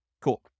Cool